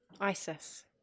ISIS